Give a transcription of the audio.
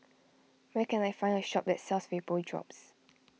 where can I find a shop that sells Vapodrops